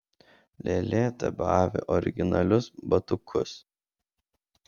lėlė tebeavi originalius batukus